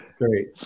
Great